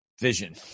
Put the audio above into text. vision